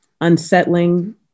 unsettling